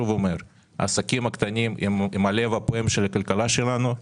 העסקים הקטנים הם הלב הפועם של הכלכלה שלנו,